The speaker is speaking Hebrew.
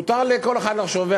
מותר לכל אחד לחשוב.